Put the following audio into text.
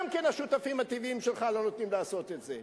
גם כן השותפים הטבעיים שלך לא נותנים לעשות את זה.